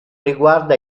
riguarda